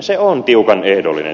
se on tiukan ehdollinen